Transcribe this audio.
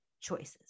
choices